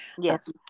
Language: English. yes